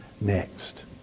next